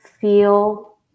feel